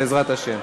בעזרת השם.